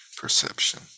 perception